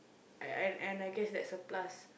I I and I guess that's a plus